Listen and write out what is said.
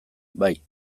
bai